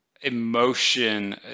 emotion